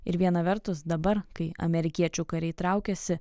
ir viena vertus dabar kai amerikiečių kariai traukiasi